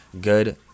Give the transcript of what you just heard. good